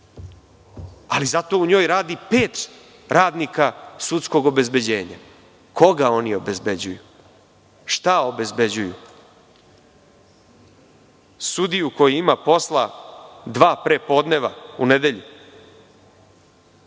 ali zato u njoj radi pet radnika sudskog obezbeđenja. Koga oni obezbeđuju? Šta obezbeđuju? Sudiju koji ima posla dva prepodneva u nedelji.